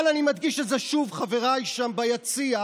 אבל אני מדגיש את זה שוב, חבריי שם ביציע: